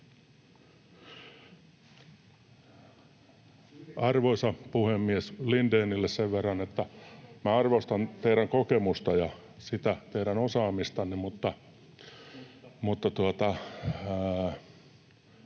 Arvoisa puhemies! Lindénille sen verran, että minä arvostan teidän kokemustanne ja sitä teidän osaamistanne, mutta